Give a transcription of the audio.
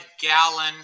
gallon